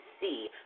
see